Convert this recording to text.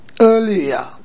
earlier